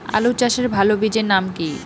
আলু চাষের ভালো বীজের নাম কি?